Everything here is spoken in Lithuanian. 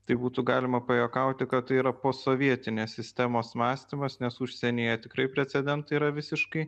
taip būtų galima pajuokauti kad tai yra posovietinės sistemos mąstymas nes užsienyje tikrai precedentai yra visiškai